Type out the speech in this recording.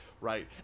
right